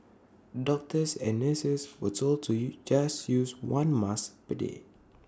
doctors and nurses were told to U just use one mask per day